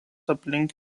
aplink